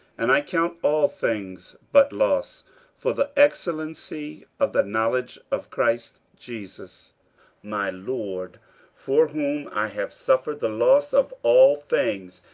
and i count all things but loss for the excellency of the knowledge of christ jesus my lord for whom i have suffered the loss of all things,